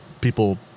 People